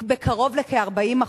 בקרוב לכ-40%.